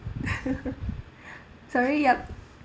sorry yup